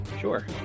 Sure